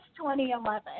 2011